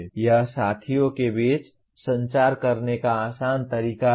यह साथियों के बीच संचार करने का आसान तरीका है